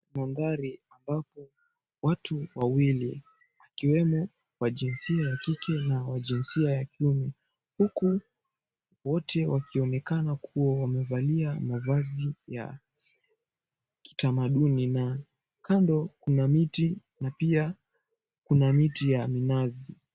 Mandhari ambapo watu wawili wakiwemo wa jinsia ya kike na wa jinsia ya kiume, huku wote wakionekana kuwa wamevalia mavazi ya kitamaduni na kando kuna miti, na pia kuna miti ya minazi.